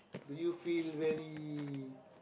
do you feel very